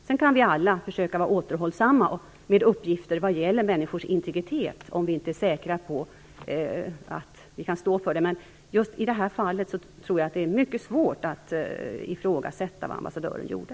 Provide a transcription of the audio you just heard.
Sedan kan vi alla försöka vara återhållsamma med uppgifter som gäller människors integritet, om vi inte är säkra på att vi kan stå för dem. Men just i det här fallet tror jag att det är mycket svårt att ifrågasätta det ambassadören gjorde.